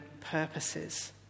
purposes